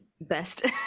best